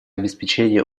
обеспечение